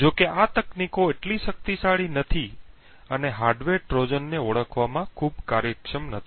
જો કે આ તકનીકો એટલી શક્તિશાળી નથી અને હાર્ડવેર ટ્રોજનને ઓળખવામાં ખૂબ કાર્યક્ષમ નથી